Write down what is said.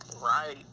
Right